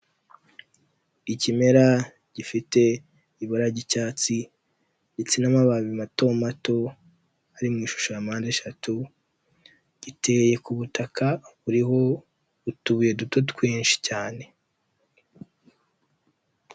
Ikimera gifite ibura ry'icyatsi ndetse n'amababi mato mato, ari mu ishusho mpandeshatu giteye ku butaka buriho utubuye duto twinshi cyane.